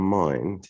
mind